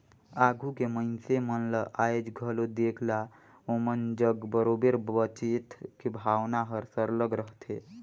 आघु के मइनसे मन ल आएज घलो देख ला ओमन जग बरोबेर बचेत के भावना हर सरलग रहथे